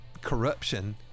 corruption